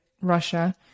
Russia